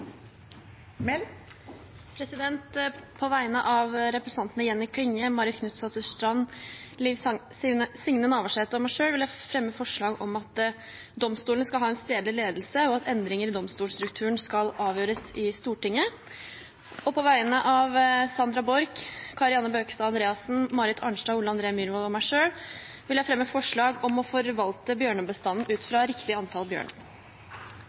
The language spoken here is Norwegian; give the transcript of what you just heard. På vegne av representantene Jenny Klinge, Marit Knutsdatter Strand, Liv Signe Navarsete og meg selv vil jeg fremme forslag om at domstolene skal ha stedlig ledelse, og at endringer i domstolsstrukturen skal avgjøres i Stortinget. På vegne av Sandra Borch, Kari Anne Bøkestad Andreassen, Marit Arnstad, Ole André Myhrvold og meg selv vil jeg fremme forslag om å forvalte bjørnebestanden ut fra riktig antall bjørn.